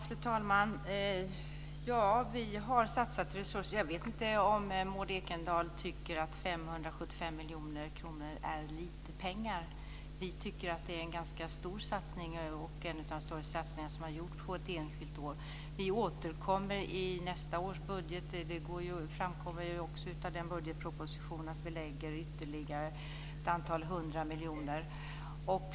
Fru talman! Vi har satsat resurser. Jag vet inte om Maud Ekendahl tycker att 575 miljoner kronor är lite pengar. Vi tycker att det är en ganska stor satsning - en av de större som har gjorts under ett enskilt år. Vi återkommer i nästa års budget, vilket också framkommer av den budgetpropositionen, och lägger ytterligare ett antal hundra miljoner.